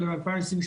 אלא ב-2022,